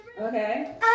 okay